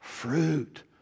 Fruit